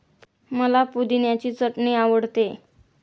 मला पुदिन्याची चटणी आवडते